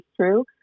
true